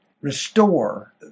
restore